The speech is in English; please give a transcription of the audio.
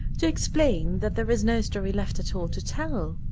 to explain that there is no story left at all to tell.